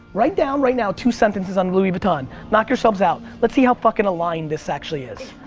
write down right now two sentences on louis vuitton. knock yourselves out. let's see how fucking aligned this actually is.